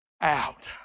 out